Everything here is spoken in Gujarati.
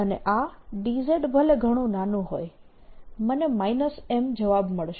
અને આ dz ભલે ઘણું નાનું હોય મને M જવાબ મળશે